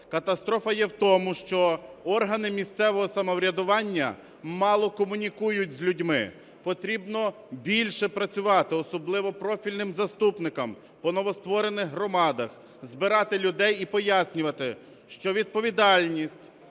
Катастрофа є в тому, що органи місцевого самоврядування мало комунікують з людьми, потрібно більше працювати, особливо профільним заступникам по новостворених громадах, збирати людей і пояснювати, що відповідальність